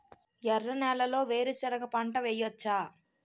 ఎర్ర నేలలో వేరుసెనగ పంట వెయ్యవచ్చా?